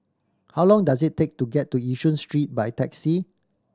how long does it take to get to Yishun Street by taxi